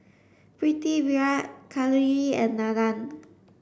Pritiviraj Kalluri and Nandan